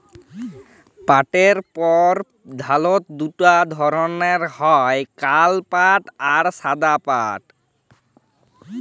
পাটের পরধালত দু ধরলের হ্যয় কাল পাট আর সাদা পাট